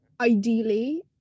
ideally